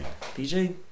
PJ